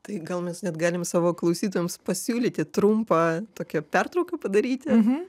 tai gal mes net galim savo klausytojams pasiūlyti trumpą tokią pertrauką padaryti